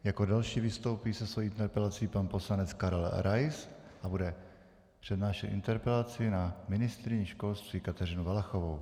Jako další vystoupí se svojí interpelací pan poslanec Karel Rais a bude přednášet interpelaci na ministryni školství Kateřinu Valachovou.